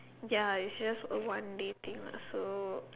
ya it's just a one day thing lah so